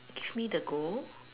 give me the go